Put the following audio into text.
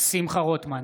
שמחה רוטמן,